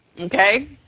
Okay